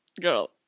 girl